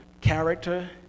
character